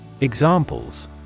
Examples